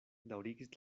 daŭrigis